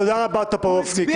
תודה רבה, טופורובסקי.